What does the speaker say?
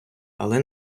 але